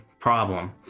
problem